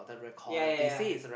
ya ya